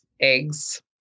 eggs